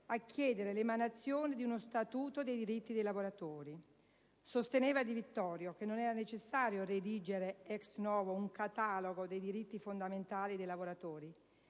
a chiedere l'adozione di uno «Statuto dei diritti dei lavoratori». Sosteneva Di Vittorio che non era necessario redigere *ex novo* un catalogo dei diritti fondamentali dei lavoratori;